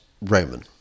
Roman